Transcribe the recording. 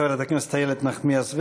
תודה לחברת הכנסת איילת נחמיאס ורבין.